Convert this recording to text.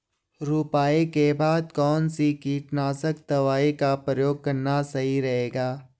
रुपाई के बाद कौन सी कीटनाशक दवाई का प्रयोग करना सही रहेगा?